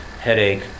headache